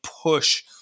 push